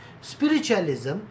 Spiritualism